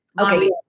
Okay